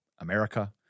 America